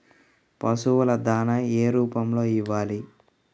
పశువుల దాణా ఏ రూపంలో ఇవ్వాలి?